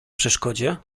przeszkodzie